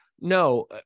no